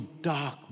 dark